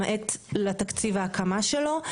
למעט תקציב ההקמה שלו,